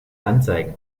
anzeigen